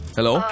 Hello